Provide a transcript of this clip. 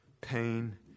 pain